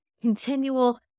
continual